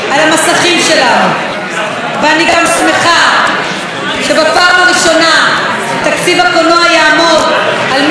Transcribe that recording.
אני גם שמחה שבפעם הראשונה תקציב הקולנוע יעמוד על 100 מיליון שקלים.